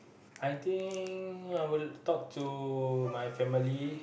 I think I will talk to my family